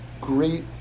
great